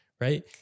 right